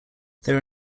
there